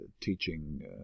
teaching